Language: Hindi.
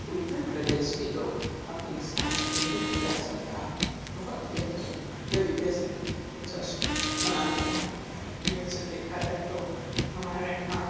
उत्तर प्रदेश के लोग अपनी संस्कृति विरासत का बहुत ही अच्छे तरीके से जश्न मनाते हैं वैसे देखा जाए तो हमारे यहाँ